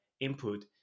input